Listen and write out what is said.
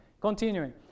continuing